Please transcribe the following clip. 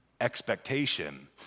Expectation